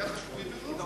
ודבריה חשובים מאוד.